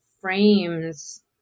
frames